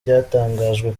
ryatangajwe